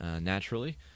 naturally